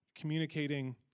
Communicating